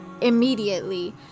immediately